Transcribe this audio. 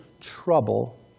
trouble